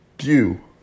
view